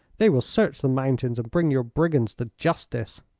they will search the mountains, and bring your brigands to justice.